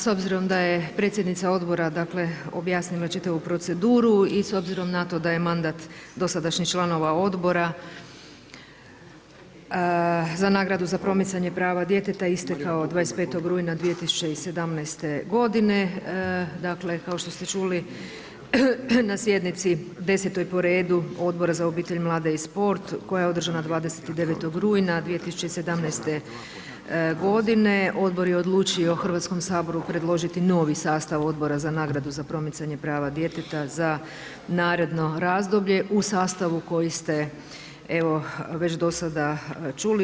S obzirom da je predsjednica odbora objasnila čitavu proceduru i s obzirom na to da je mandat dosadašnjih članova Odbora za nagradu za promicanje prava djeteta istekao 25. rujna 2017. godine, dakle kao što se čuli na sjednici 10. po redu Odbora za obitelj, mlade i sport, koja je održana 29. rujna 2017. godine, odbor je odlučio Hrvatskom saboru predložiti novi sastav Odbora za nagradu za promicanje prava djeteta za naredno razdoblje u sastavu koji ste evo, već dosada čuli.